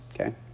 okay